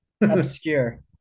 Obscure